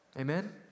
Amen